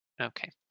Okay